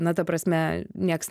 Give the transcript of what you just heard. na ta prasme nieks